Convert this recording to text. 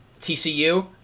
TCU